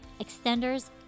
extenders